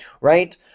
right